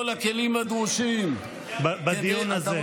בדיון הזה.